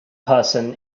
person